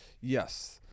Yes